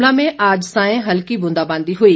शिमला में आज सांय हल्की ब्रंदाबांदी हुई